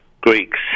greeks